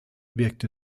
wirkte